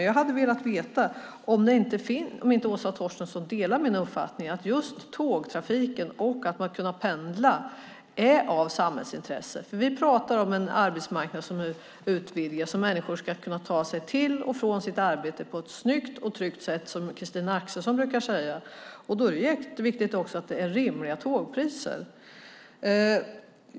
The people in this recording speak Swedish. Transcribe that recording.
Jag hade velat veta om inte Åsa Torstensson delar min uppfattning att just tågtrafiken och att man har kunnat pendla är av samhällsintresse. Vi pratar om en arbetsmarknad som utvidgas och att människor ska kunna ta sig till och från sitt arbete på ett snyggt och tryggt sätt, som Christina Axelsson brukar säga. Då är det också jätteviktigt att det är rimliga biljettpriser.